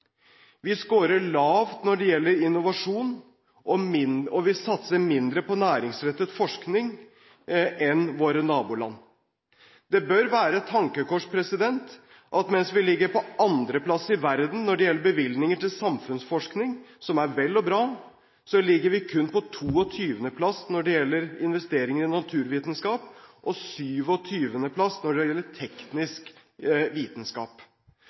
Vi skårer lavt når det gjelder innovasjon, og vi satser mindre på næringsrettet forskning enn våre naboland. Det bør være et tankekors at mens vi ligger på 2. plass i verden når det gjelder bevilgninger til samfunnsforskning, som er vel og bra, ligger vi kun på 22. plass når det gjelder investeringer til naturvitenskap og på 27. plass når det gjelder teknisk vitenskap.